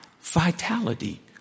vitality